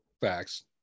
Facts